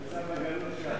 יצא לגלות של הכנסת.